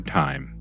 time